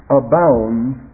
abounds